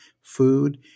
food